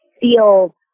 feel